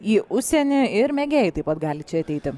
į užsienį ir mėgėjai taip pat gali čia ateiti